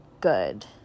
good